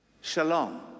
shalom